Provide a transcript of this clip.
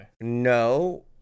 No